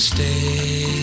Stay